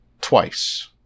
Twice